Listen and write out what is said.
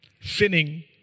sinning